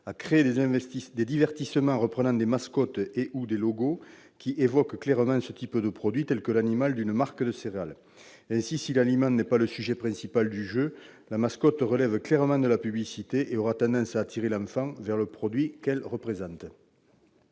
à créer des divertissements reprenant des mascottes et/ou des logos qui évoquent clairement ce type de produits, tel l'animal d'une marque de céréales. Ainsi, si l'aliment n'est pas le sujet principal du jeu, la mascotte relève clairement de la publicité et aura tendance à attirer l'enfant vers le produit qu'elle représente.